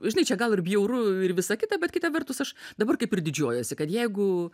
žinai čia gal ir bjauru ir visa kita bet kita vertus aš dabar kaip ir didžiuojuosi kad jeigu